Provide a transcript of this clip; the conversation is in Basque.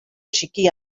txiki